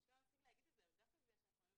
אני אומרת את זה דווקא בגלל שאנחנו היום